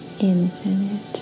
Infinite